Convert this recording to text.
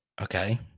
okay